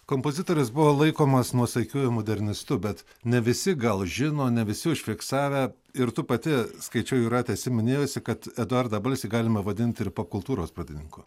kompozitorius buvo laikomas nuosaikiuoju modernistu bet ne visi gal žino ne visi užfiksavę ir tu pati skaičiau jūrate esi minėjusi kad eduardą balsį galime vadint ir popkultūros pradininku